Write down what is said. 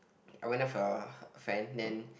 I went with a friend then